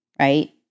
right